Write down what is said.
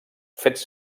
fets